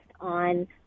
on